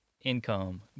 income